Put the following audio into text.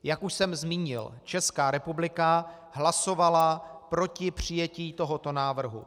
Jak už jsem zmínil, Česká republika hlasovala proti přijetí tohoto návrhu.